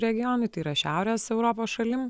regionui tai yra šiaurės europos šalim